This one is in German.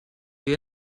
wir